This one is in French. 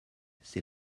c’est